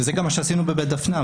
וזה גם מה שעשינו בבית דפנה.